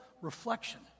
reflection